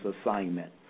assignment